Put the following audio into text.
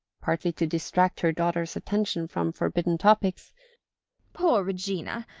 partly to distract her daughter's attention from forbidden topics poor regina!